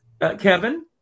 Kevin